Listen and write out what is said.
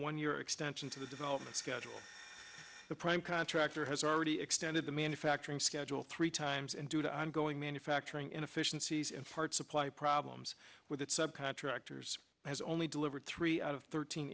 one year extension to the development schedule the prime contractor has already extended the manufacturing schedule three times and due to ongoing manufacturing inefficiencies in part supply problems with its subcontractors has only delivered three out of thirteen